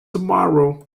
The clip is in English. tomorrow